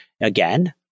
Again